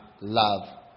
love